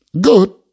Good